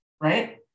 Right